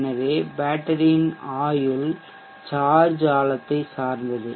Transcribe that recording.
எனவே பேட்டரியின் ஆயுள் சார்ஜ் ஆழத்தை சார்ந்தது